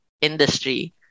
industry